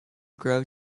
grow